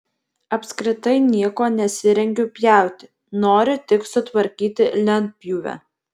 apskritai nieko nesirengiu pjauti noriu tik sutvarkyti lentpjūvę